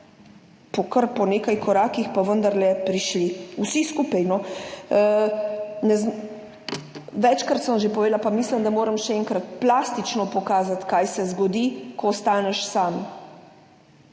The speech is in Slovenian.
po kar po nekaj korakih pa vendarle prišli vsi skupaj. No, ne, večkrat sem že povedala, pa mislim, da moram še enkrat plastično pokazati, kaj se zgodi, ko ostaneš sam.